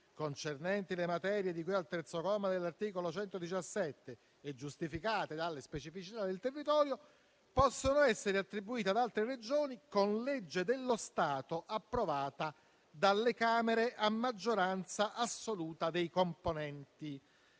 concernenti le materie di cui al terzo comma dell'articolo 117 e giustificate dalle specificità del territorio, possano essere attribuite ad altre Regioni con legge dello Stato approvata dalle Camere a maggioranza assoluta dei componenti,